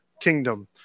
kingdom